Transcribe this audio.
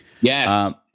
Yes